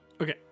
okay